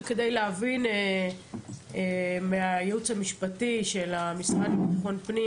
כדי להבין מהייעוץ המשפטי של המשרד לביטחון הפנים,